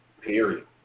Period